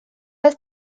oedd